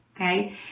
okay